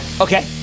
Okay